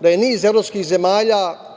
da je niz evropskih zemalja